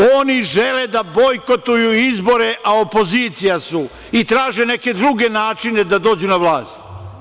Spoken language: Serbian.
Oni žele da bojkotuju izbore, a opozicija su, i traže neke druge načine da dođu na vlast.